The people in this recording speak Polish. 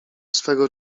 swego